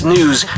News